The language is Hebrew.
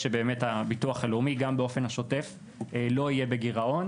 שהביטוח הלאומי גם באופן השוטף לא יהיה בגירעון.